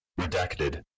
Redacted